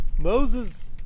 Moses